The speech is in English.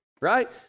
right